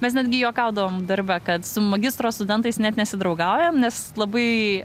mes netgi juokaudavom darbe kad su magistro studentais net nesidraugaujam nes labai